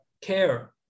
care